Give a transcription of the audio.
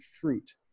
fruit